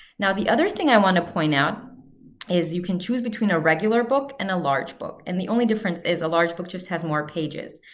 now, the other thing i want to point out is you can choose between a regular book, and a large book. and the only difference is a large book just has more pages.